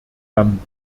herrn